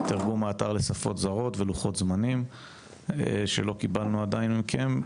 תרגום האתר לשפות זרות ולוחות זמנים שלא קיבלנו עדיין מכם.